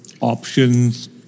options